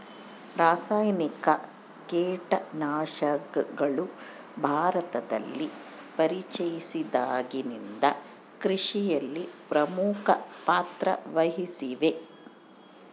ರಾಸಾಯನಿಕ ಕೇಟನಾಶಕಗಳು ಭಾರತದಲ್ಲಿ ಪರಿಚಯಿಸಿದಾಗಿನಿಂದ ಕೃಷಿಯಲ್ಲಿ ಪ್ರಮುಖ ಪಾತ್ರ ವಹಿಸಿವೆ